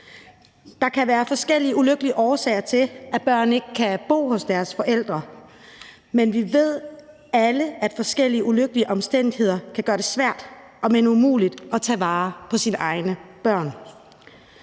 Der kan være forskellige ulykkelige årsager til, at børn ikke kan bo hos deres forældre, men vi ved alle, at forskellige ulykkelige omstændigheder kan gøre det svært, hvis ikke umuligt at tage vare på sine egne børn.